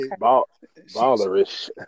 ballerish